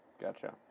Gotcha